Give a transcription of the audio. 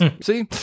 see